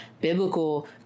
biblical